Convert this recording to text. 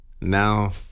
Now